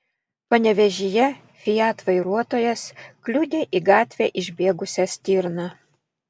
panevėžyje fiat vairuotojas kliudė į gatvę išbėgusią stirną